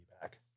back